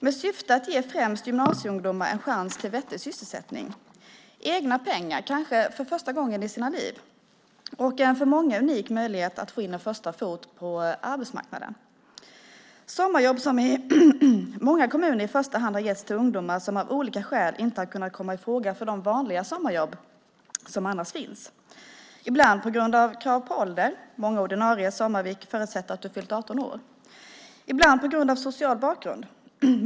Syftet har varit att ge främst gymnasieungdomar en chans till vettig sysselsättning och egna pengar - kanske för första gången i sina liv. Det här är för många en unik möjlighet att få in en första fot på arbetsmarknaden. Sommarjobb har i många kommuner i första hand getts till ungdomar som av olika skäl inte har kunnat komma i fråga för de vanliga sommarjobb som annars finns. Ibland har det varit på grund av krav på ålder. Många ordinarie sommarvik förutsätter att du har fyllt 18 år. Ibland har det varit på grund av social bakgrund.